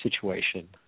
situation